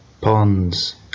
ponds